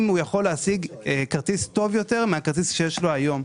הוא יכול להשיג כרטיס טוב יותר מהכרטיס שיש לו היום.